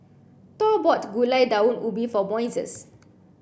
Thor bought Gulai Daun Ubi for Moises